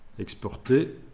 exported